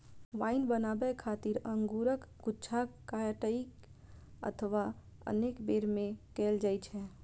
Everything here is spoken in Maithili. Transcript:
वाइन बनाबै खातिर अंगूरक गुच्छाक कटाइ एक अथवा अनेक बेर मे कैल जाइ छै